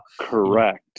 Correct